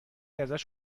ازش